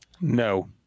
No